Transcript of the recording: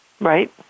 Right